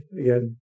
Again